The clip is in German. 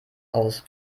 aus